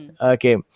Okay